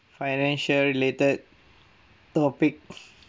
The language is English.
financial related topics